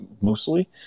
mostly